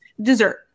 dessert